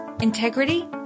integrity